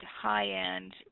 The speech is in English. high-end